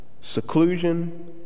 seclusion